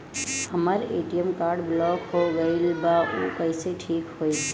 हमर ATM card block हो गईल बा ऊ कईसे ठिक होई?